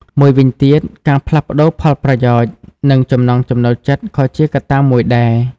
មួយវិញទៀត ការផ្លាស់ប្តូរផលប្រយោជន៍ និងចំណង់ចំណូលចិត្ត ក៏ជាកត្តាមួយដែរ។